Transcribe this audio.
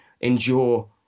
endure